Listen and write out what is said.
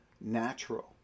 natural